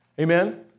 Amen